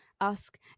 Ask